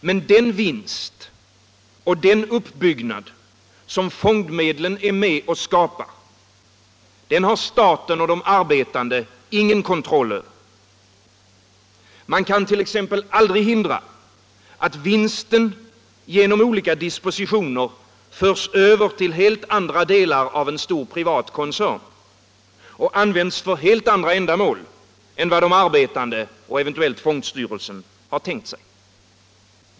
Men den vinst och den uppbyggnad fondmedlen är med och skapar har staten och de arbetande ingen kontroll över. Man kan t.ex. aldrig hindra, att vinsten genom olika dispositioner förs över till helt andra delar av en stor privat koncern och används för helt andra ändamål än vad de arbetande och eventuellt fondstyrelsen tänkt sig.